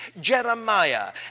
Jeremiah